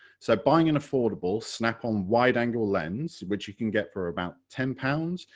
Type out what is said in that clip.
so buying an affordable snap-on wide angle lens which you can get for about ten pounds,